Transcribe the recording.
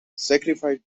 sacrificed